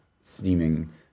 steaming